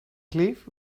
cliff